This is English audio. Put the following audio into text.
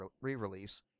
re-release